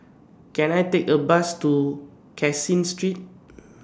Can I Take A Bus to Caseen Street